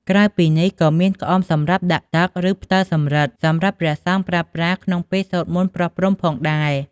ក្រៅពីនេះក៏មាន ក្អមសម្រាប់ដាក់ទឹក ឬផ្ដិលសំរឹទ្ធ សម្រាប់ព្រះសង្ឃប្រើប្រាស់ក្នុងពេលសូត្រមន្តប្រោះព្រំផងដែរ។